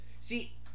See